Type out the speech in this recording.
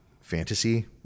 fantasy